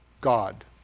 God